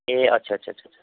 ए अच्छा अच्छा अच्छा